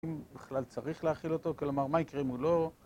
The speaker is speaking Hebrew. אם בכלל צריך להכיל אותו? כלומר, מה יקרה מולו?